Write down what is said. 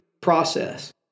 process